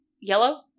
yellow